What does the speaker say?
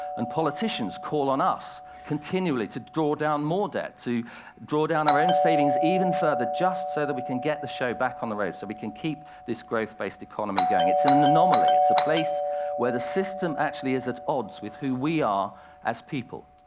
and politicians call on us continually to draw down more debt, to draw down our own savings even further, just so that we can get the show back on the road, so we can keep this growth-based economy going. it's and and anomaly, it's a place where the system actually is at odds with who we are as people.